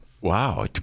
Wow